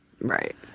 Right